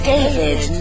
David